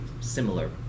similar